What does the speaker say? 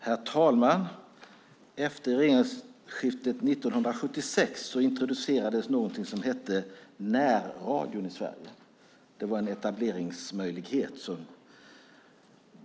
Herr talman! Efter regeringsskiftet 1976 introducerades någonting som hette närradion i Sverige. Det var en etableringsmöjlighet.